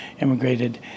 immigrated